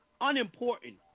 unimportant